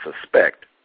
suspect